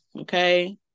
Okay